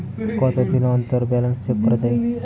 কতদিন অন্তর balance check করা য়ায়?